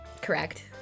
correct